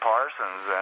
Parsons